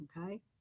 Okay